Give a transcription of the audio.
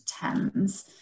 thames